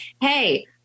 hey